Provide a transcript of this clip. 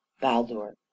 baldur